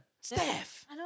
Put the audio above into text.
Steph